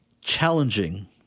challenging